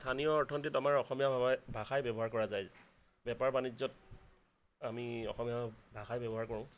স্থানীয় অৰ্থনীতিত আমাৰ অসমীয়া ভাবাই ভাষাই ব্যৱহাৰ কৰা যায় বেপাৰ বাণিজ্যত আমি অসমীয়া ভাষাই ব্যৱহাৰ কৰোঁ